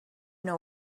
know